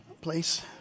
place